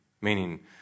meaning